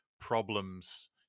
problems